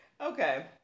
Okay